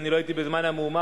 לא הייתי בזמן המהומה,